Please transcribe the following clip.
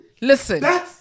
Listen